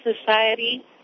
society